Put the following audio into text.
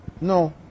No